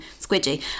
squidgy